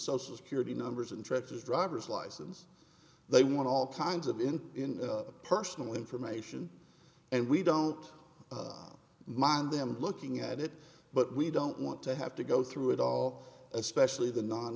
social security numbers and trenches driver's license they want all kinds of in personal information and we don't mind them looking at it but we don't want to have to go through it all especially the non